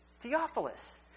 Theophilus